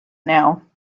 now